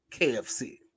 KFC